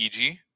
EG